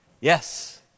Yes